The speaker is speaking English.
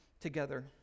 together